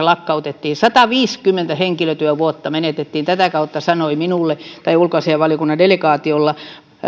lakkautettiin sataviisikymmentä henkilötyövuotta menetettiin tätä kautta tämän sanoi ulkoasiainvaliokunnan delegaatiolle